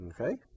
okay